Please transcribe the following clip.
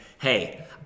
hey